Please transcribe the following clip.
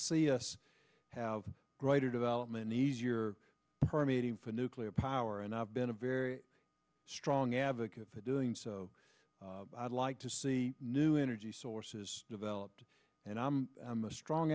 see us have greater development easier permeating for nuclear power and i've been a very strong advocate for doing so i'd like to see new energy sources developed and i'm a strong